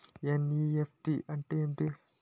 NEFT అంటే ఏమిటి?